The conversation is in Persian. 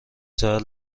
ساعت